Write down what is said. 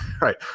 right